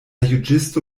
juĝisto